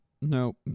Nope